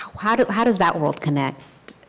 how does how does that world connect?